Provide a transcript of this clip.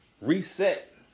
reset